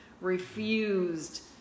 refused